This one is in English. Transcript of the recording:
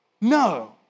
No